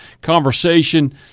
conversation